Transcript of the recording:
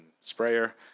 sprayer